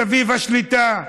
סביב השליטה,